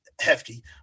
hefty